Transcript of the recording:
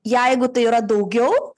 jeigu tai yra daugiau